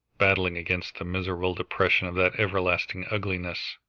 battling against the miserable depression of that everlasting ugliness.